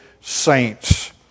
saints